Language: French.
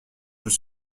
tout